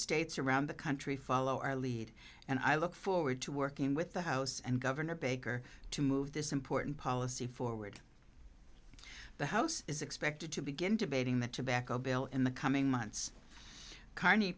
states around the country follow our lead and i look forward to working with the house and governor baker to move this important policy forward the house is expected to begin debating the tobacco bill in the coming months carney